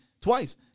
twice